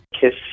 kiss